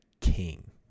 king